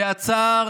שעצר